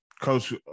coach